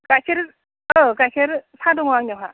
गाइखेर गाइखेर साहा दङ आंनियावहा